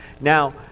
Now